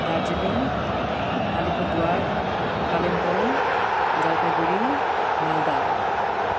Darjeeling Alipurduar Kalimpong Jalpaiguri Malda